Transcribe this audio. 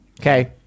okay